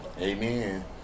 Amen